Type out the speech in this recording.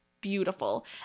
beautiful